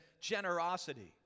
generosity